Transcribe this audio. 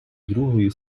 другої